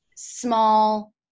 Small